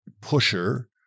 pusher